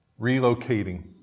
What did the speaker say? relocating